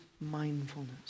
mindfulness